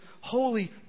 holy